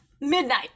midnight